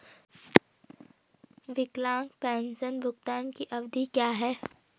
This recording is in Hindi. विकलांग पेंशन भुगतान की अवधि क्या है?